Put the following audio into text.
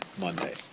Monday